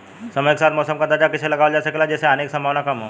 समय के साथ मौसम क अंदाजा कइसे लगावल जा सकेला जेसे हानि के सम्भावना कम हो?